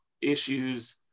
issues